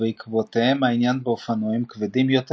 ובעקבותיהם העניין באופנועים כבדים יותר